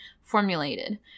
formulated